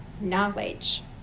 knowledge